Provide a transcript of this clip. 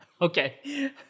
Okay